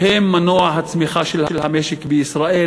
הן מנוע הצמיחה של המשק בישראל,